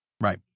Right